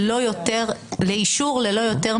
לא יכול להיות, אין פה עריצות גם לא של היושב-ראש.